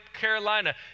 Carolina